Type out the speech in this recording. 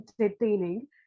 entertaining